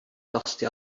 costio